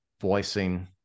voicing